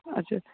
ਅੱਛਾ